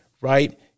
right